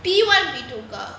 P one P two கா:ka